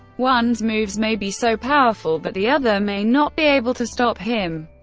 one's moves may be so powerful that the other may not be able to stop him,